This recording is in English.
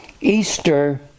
easter